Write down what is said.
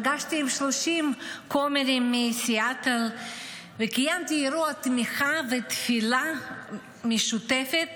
נפגשתי עם 30 כומרים מסיאטל וקיימתי אירוע תמיכה ותפילה משותפת